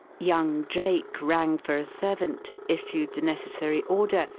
young drake rang for a servant, issued the necessary order,